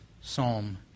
psalm